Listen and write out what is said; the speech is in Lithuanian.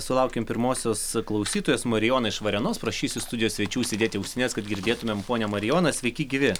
sulaukėm pirmosios klausytojos marijona iš varėnos prašysiu studijos svečių užsidėti ausines kad girdėtumėm ponią marijoną sveiki gyvi